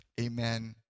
Amen